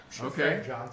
okay